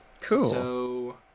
Cool